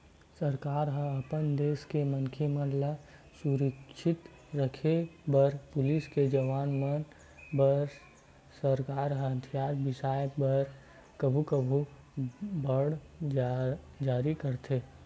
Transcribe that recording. सरकार ह अपन देस के मनखे मन ल सुरक्छित रखे बर पुलिस के जवान मन बर सरकार ह हथियार बिसाय बर कभू कभू बांड जारी करथे